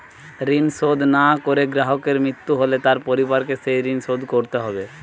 ঋণ শোধ না করে গ্রাহকের মৃত্যু হলে তার পরিবারকে সেই ঋণ শোধ করতে হবে?